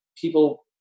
people